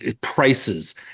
prices